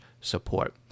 support